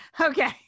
Okay